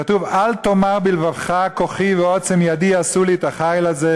כתוב: אל תאמר בלבבך "כחי ועצם ידי עשה לי את החיל הזה,